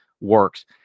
works